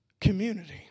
community